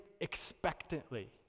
expectantly